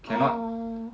orh